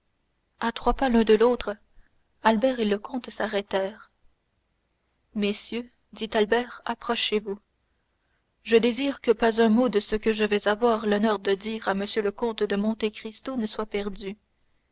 à trois pas l'un de l'autre albert et le comte s'arrêtèrent messieurs dit albert approchez-vous je désire que pas un mot de ce que je vais avoir l'honneur de dire à m le comte de monte cristo ne soit perdu